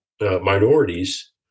minorities